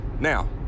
Now